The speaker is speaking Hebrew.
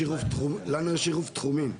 לנו יש עירוב תחומין.